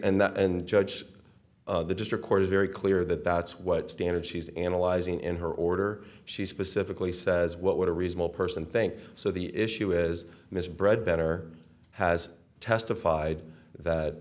that and judge the district court is very clear that that's what standard she's analyzing in her order she specifically says what would a reasonable person think so the issue is miss bread better has testified that